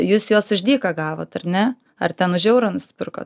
jūs juos už dyką gavot ar ne ar ten už eurą nusipirkot